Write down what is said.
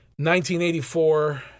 1984